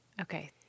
Okay